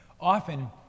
often